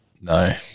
no